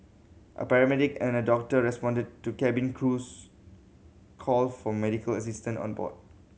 a paramedic and a doctor responded to cabin crew's call for medical assistance on board